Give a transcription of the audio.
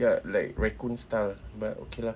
ya like raccoon style but okay lah